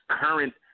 current